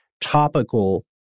topical